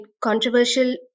controversial